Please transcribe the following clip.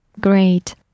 Great